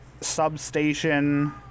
substation